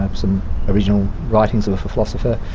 um some original writings of a philosopher,